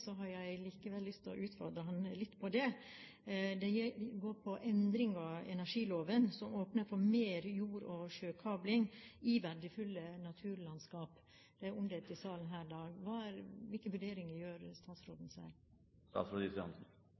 så vidt berørte Venstres forslag i sitt innlegg, har jeg likevel lyst til å utfordre ham litt på det. Det går på endring av energiloven, som åpner for mer jord- og sjøkabling i verdifulle naturlandskap. Det er omdelt i salen her i dag. Hvilke vurderinger gjør statsråden seg?